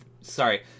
sorry